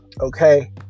Okay